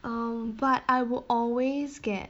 um but I will always get